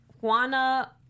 Juana